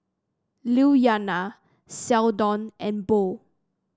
Lilyana Seldon and Bo